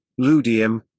ludium